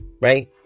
right